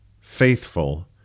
faithful